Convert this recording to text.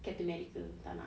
captain america tak nak